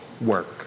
work